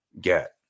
get